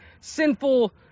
sinful